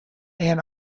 ann